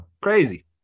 crazy